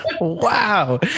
wow